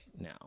now